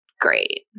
great